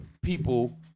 people